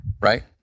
Right